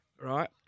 Right